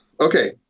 Okay